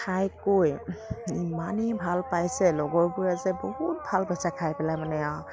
খাই কৈ ইমানেই ভাল পাইছে লগৰবোৰে যে বহুত ভাল পাইছে খাই পেলাই মানে আৰু